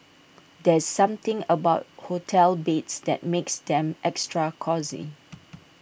there's something about hotel beds that makes them extra cosy